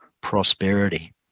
prosperity